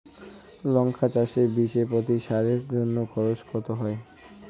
লঙ্কা চাষে বিষে প্রতি সারের জন্য খরচ কত হয়?